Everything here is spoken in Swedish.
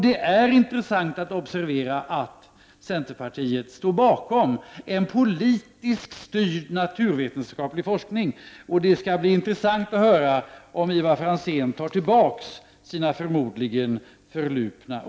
Det är intressant att observera att centerpartiet står bakom en politiskt styrd naturvetenskaplig forskning. Det skall bli intressant att höra om Ivar Franzén tar tillbaka sina förmodligen förlupna ord.